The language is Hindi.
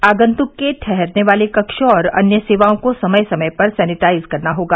आगंतुक के ठहरने वाले कक्ष और अन्य सेवाओं को समय समय पर सेनिटाइज करना होगा